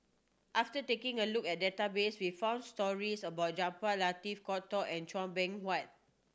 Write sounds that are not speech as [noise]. after taking a look at the database we found stories about Jaafar Latiff [unintelligible] and Chua Beng Huat